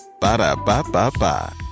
Ba-da-ba-ba-ba